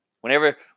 whenever